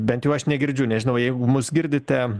bent jau aš negirdžiu nežinau jeigu mus girdite